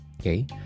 okay